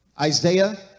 Isaiah